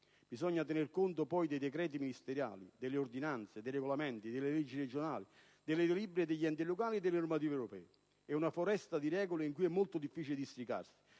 bisogna tener conto poi dei decreti ministeriali, delle ordinanze, dei regolamenti, delle leggi regionali, delle delibere degli enti locali e delle normative europee. È una foresta di regole in cui è molto difficile districarsi,